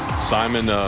simon